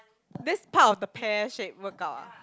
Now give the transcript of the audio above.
that's part of the pear shape workout ah